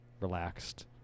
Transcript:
relaxed